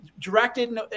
directed